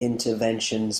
interventions